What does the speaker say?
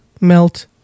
melt